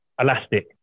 Elastic